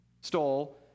stole